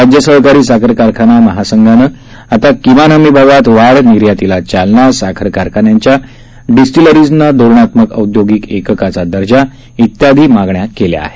राज्य सहकारी साखर कारखाना महासंघानं आता किमान हमीभावात वाढनिर्यातीला चालना साखर कारखान्यांच्या डिस्टीलरीजना धोरणात्मक औद्योगिक एककाचा दर्जा इत्यादी मागण्या केल्या आहेत